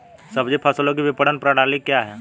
सब्जी फसलों की विपणन प्रणाली क्या है?